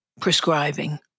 prescribing